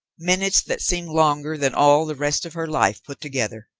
minutes that seemed longer than all the rest of her life put together.